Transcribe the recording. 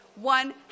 One